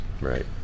Right